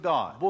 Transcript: God